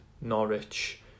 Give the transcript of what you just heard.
Norwich